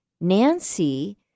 Nancy